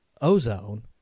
ozone